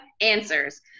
answers